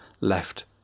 left